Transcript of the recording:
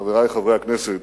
חברי חברי הכנסת,